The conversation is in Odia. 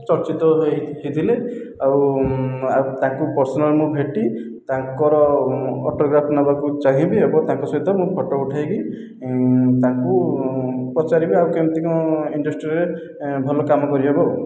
ଚର୍ଚ୍ଚିତ ହୋଇଥିଲେ ଆଉ ଆଉ ତାଙ୍କୁ ପର୍ସନାଲ ମୁଁ ଭେଟି ତାଙ୍କର ଅଟୋଗ୍ରାଫ ନେବାକୁ ଚାହିଁବି ଏବଂ ତାଙ୍କ ସହିତ ମୁଁ ଫଟୋ ଉଠାଇବି ତାଙ୍କୁ ପଚାରିବି ଆଉ କେମିତି କ'ଣ ଇଣ୍ଡଷ୍ଟ୍ରିରେ ଭଲ କାମ କରିହେବ ଆଉ